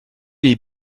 les